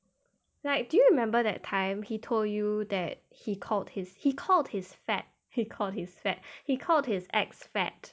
like do you remember that time he told you that he called his he called his fat he called his fat he called his ex fat